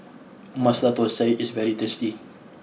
Masala Thosai is very tasty